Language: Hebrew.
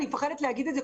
אני מפחדת להגיד את זה,